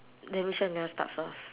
then which one do you start first